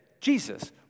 Jesus